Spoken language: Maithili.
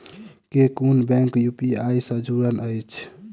केँ कुन बैंक यु.पी.आई सँ जुड़ल अछि?